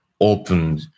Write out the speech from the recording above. opened